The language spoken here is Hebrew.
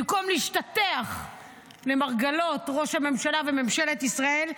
במקום להשתטח למרגלות ראש הממשלה וממשלת ישראל,